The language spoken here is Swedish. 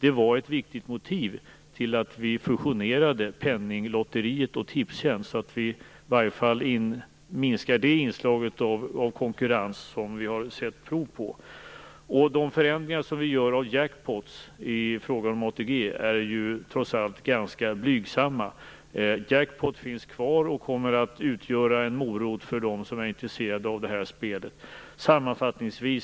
Det var ett viktigt motiv till att vi fusionerade Penninglotteriet och Tipstjänst. Jackpot finns kvar och kommer att utgöra en morot för dem som är intresserade av detta spel.